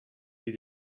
die